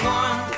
one